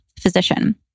physician